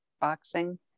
Boxing